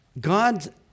God